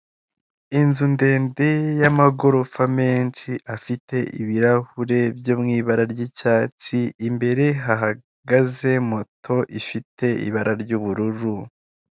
Inzu ndende y'amagorofa menshi afite ibirahure byo mu ibara ry'icyatsi, imbwere hahagaze moto ifite ibara ry'ubururu.